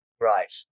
Right